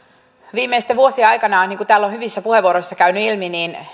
viimeisten vuosien aikana niin kuin täällä on hyvissä puheenvuoroissa käynyt ilmi